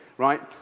right,